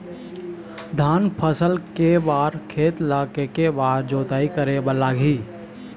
धान फसल के बर खेत ला के के बार जोताई करे बर लगही?